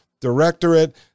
directorate